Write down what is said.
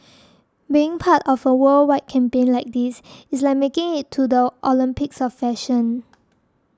being part of a worldwide campaign like this it's like making it to the Olympics of fashion